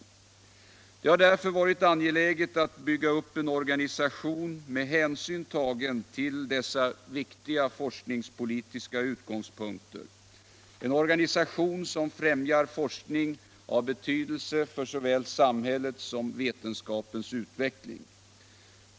Det har därför varit angeläget att bygga upp en organisation med hänsyn tagen till dessa viktiga forskningspolitiska utgångspunkter — en organisation som främjar forskning av betydelse för såväl samhällets som vetenskapens utveckling.